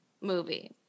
movie